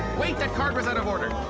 wait, that card was out of order.